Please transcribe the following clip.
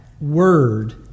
word